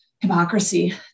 hypocrisy